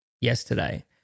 yesterday